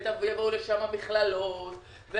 מכללות,